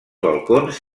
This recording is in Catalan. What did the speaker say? balcons